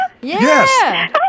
Yes